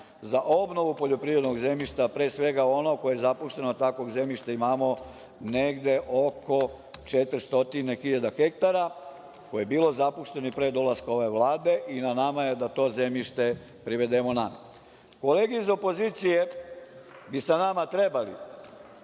za obnovu poljoprivrednog zemljišta, pre svega onog koje je zapušteno, a takvog zemljišta imamo negde oko 400.000 hektara, koje je bilo zapušteno i pre dolaska ove Vlade. Na nama je da to zemljište privedemo nama. Kolege iz opozicije bi sa nama trebale